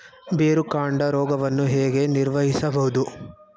ಬೇರುಕಾಂಡ ರೋಗವನ್ನು ಹೇಗೆ ನಿರ್ವಹಿಸಬಹುದು?